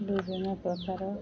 ବିଭିନ୍ନ ପ୍ରକାର